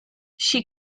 she